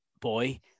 boy